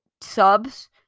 subs